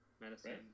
Medicine